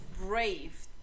brave